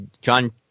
John